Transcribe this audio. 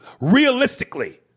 Realistically